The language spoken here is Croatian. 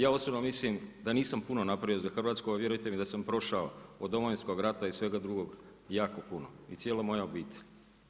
Ja osobno mislim da nisam putno napravio za Hrvatsku, a vjerujte mi da sam prošao od Domovinskog rata i svega drugog jako puno i cijela moja obitelj.